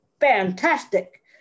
fantastic